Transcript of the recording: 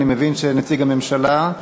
אני מבין שנציג הממשלה,